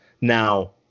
Now